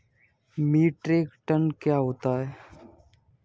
Metric tonne क्या होता है?